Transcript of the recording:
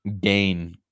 gain